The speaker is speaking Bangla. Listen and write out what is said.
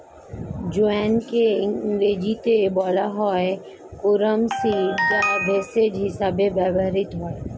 জোয়ানকে ইংরেজিতে বলা হয় ক্যারাম সিড যা ভেষজ হিসেবে ব্যবহৃত হয়